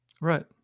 Right